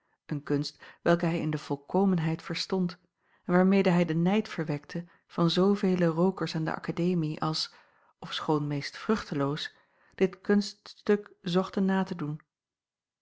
een kunst welke hij in de volkomenheid verstond en waarmede hij den nijd verwekte van zoovele rookers aan de akademie als ofschoon meest vruchteloos dit kunststuk zochten na te doen